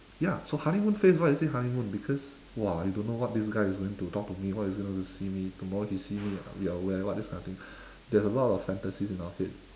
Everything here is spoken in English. ya so honeymoon phase why is it honeymoon because !wah! you don't know what this guy is going to talk to me what he's gonna see me tomorrow he see me what I wear what this kind of thing there's a lot of fantasies in our head